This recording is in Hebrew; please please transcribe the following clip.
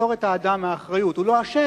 לפטור את האדם מאחריות: הוא לא אשם,